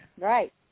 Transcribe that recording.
Right